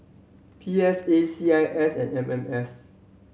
P S A C I S and M M S